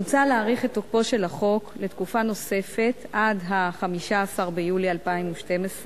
מוצע להאריך את תוקפו של החוק לתקופה נוספת עד 15 ביולי 2012,